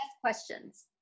questions